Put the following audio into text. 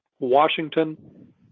Washington